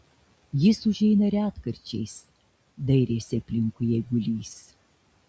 jis užeina retkarčiais dairėsi aplinkui eigulys